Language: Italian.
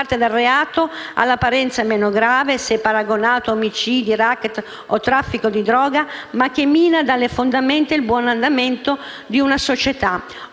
si parte dal reato all'apparenza meno grave, se paragonato a omicidi, *racket*, o traffico di droga, ma che mina dalle fondamenta il buon andamento di una società.